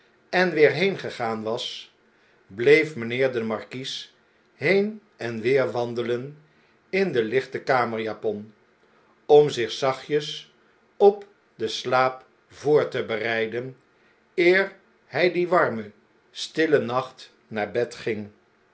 en weer heengegaan was bleef mynheer de markies heen en weer wandelen in de lichte kamerjapon om zich zachtjes op den slaap voor te bereiden eer hn dien warmen stillen nacht naar bed ging